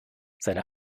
seine